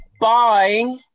Bye